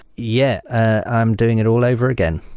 yeah, i'm doing it all over again.